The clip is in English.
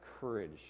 courage